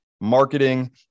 marketing